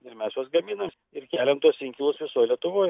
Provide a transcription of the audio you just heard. ir mes juos gaminam ir keliam tuos inkilus visoj lietuvoj